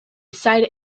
side